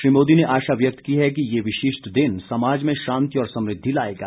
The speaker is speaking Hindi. श्री मोदी ने आशा व्यक्त की है कि यह विशिष्ट् दिन समाज में शांति और समृद्धि लाएगा